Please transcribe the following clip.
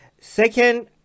Second